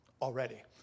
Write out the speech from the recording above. already